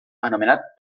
anomenat